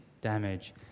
damage